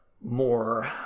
more